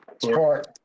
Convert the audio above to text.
Support